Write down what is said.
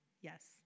Yes